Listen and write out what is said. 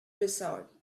resort